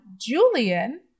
Julian